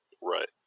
Right